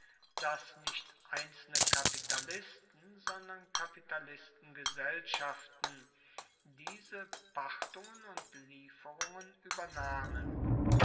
dass nicht einzelne kapitalisten sondern kapitalistengesellschaften diese pachtungen und lieferungen uebernahmen